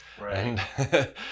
Right